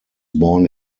born